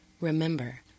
Remember